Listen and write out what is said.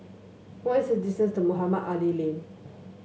what is the distance to Mohamed Ali Lane